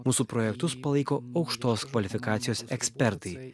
mūsų projektus palaiko aukštos kvalifikacijos ekspertai